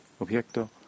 objeto